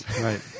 Right